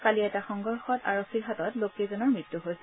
কালি এটা সংঘৰ্ষত আৰক্ষীৰ হাতত লোককেইজনৰ মৃত্যু হৈছিল